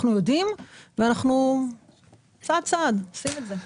אנחנו יודעים שיש לנו עוד המון עבודה וצעד צעד עושים אותה.